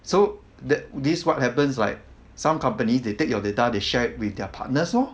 so th~ this what happens like some company they take your data they share it with their partners lor